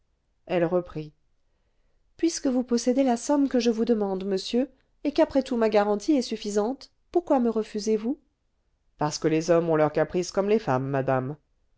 elle reprit puisque vous possédez la somme que je vous demande monsieur et qu'après tout ma garantie est suffisante pourquoi me refusez-vous parce que les hommes ont leurs caprices comme les femmes madame